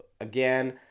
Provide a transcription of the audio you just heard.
again